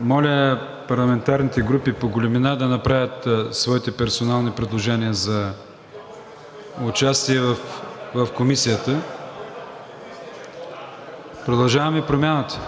моля парламентарните групи по големина да направят своите персонални предложения за участие в Комисията. „Продължаваме Промяната“